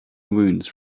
wounds